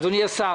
אדוני השר,